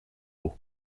haut